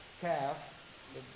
calf